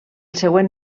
següent